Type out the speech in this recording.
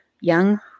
young